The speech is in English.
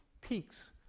peaks